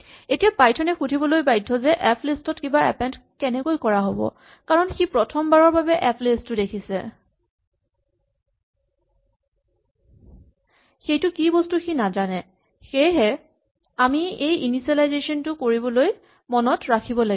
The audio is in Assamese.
এতিয়া পাইথন এ সুধিবলৈ বাধ্য যে এফলিষ্ট ত কিবা এটা এপেন্ড কেনেকৈ কৰা হ'ব কাৰণ সি প্ৰথম বাৰৰ বাৰে এফ লিষ্ট টো দেখিছে সেইটো কি বস্তু সি নাজানে সেয়েহে আমি এই ইনিচিয়েলাইজেচন টো কৰিবলৈ মনত ৰাখিব লাগিব